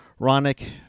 Ronick